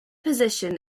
position